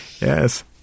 Yes